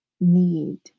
need